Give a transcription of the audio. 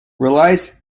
relies